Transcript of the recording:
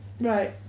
Right